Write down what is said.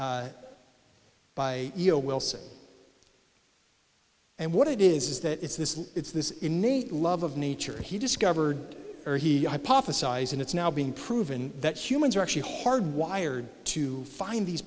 o wilson and what it is is that it's this it's this innate love of nature he discovered or he hypothesized and it's now been proven that humans are actually hardwired to find these